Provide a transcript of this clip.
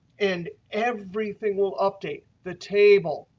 and everything will update the table,